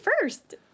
first